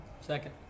Second